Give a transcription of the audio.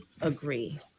agree